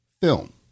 film